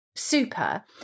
super